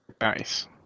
nice